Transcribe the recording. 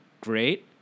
great